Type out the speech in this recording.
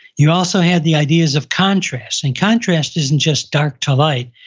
you also had the ideas of contrast and contrast isn't just dark to light.